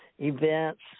events